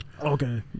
Okay